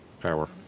power